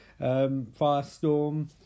Firestorm